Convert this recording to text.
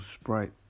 Sprite